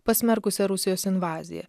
pasmerkusią rusijos invaziją